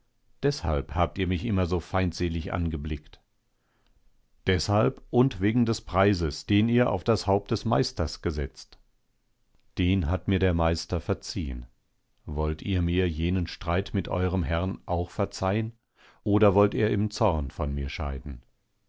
deshalb habt ihr mich immer so feindselig angeblickt deshalb und wegen des preises den ihr auf das haupt des meisters gesetzt den hat mir der meister verziehen wollt ihr mir jenen streit mit eurem herrn auch verzeihen oder wollt ihr im zorn von mir scheiden